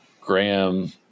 Graham